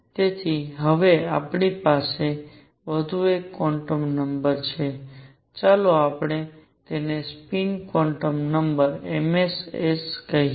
તેથી હવે આપણી પાસે વધુ એક ક્વોન્ટમ નંબર છે ચાલો આપણે તેને સ્પિન માટે m s s કહીએ